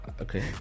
Okay